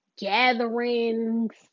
gatherings